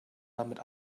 damit